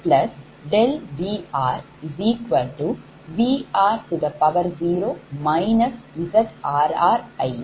இது சமன்பாடு 6